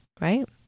right